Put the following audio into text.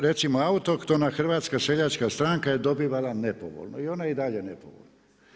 Recimo Autohtona hrvatska seljačka stranka je dobivala nepovoljno i ona je i dalje nepovoljna.